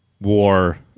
war